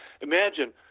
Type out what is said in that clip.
Imagine